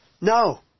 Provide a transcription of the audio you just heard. No